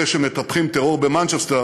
אלה שמטפחים טרור במנצ'סטר,